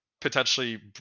potentially